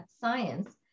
science